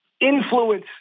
influence